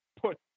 put